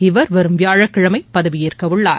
இவர் வரும் வியாழக்கிழமை பதவியேற்கவுள்ளார்